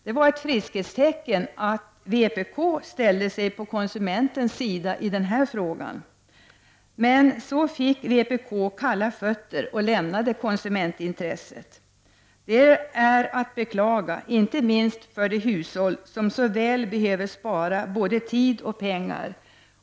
Det var ett friskhetstecken att vpk ställde sig på konsumentens sida i denna fråga. Sedan fick emellertid vpk kalla fötter och lämnade konsumentintresset. Det är att beklaga, inte minst för de hushåll som så väl behöver spara både tid och pengar.